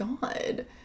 god